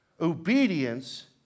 Obedience